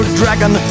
dragon